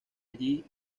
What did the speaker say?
allí